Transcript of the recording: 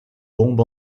bombe